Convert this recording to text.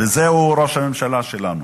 וזהו ראש הממשלה שלנו,